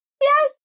Yes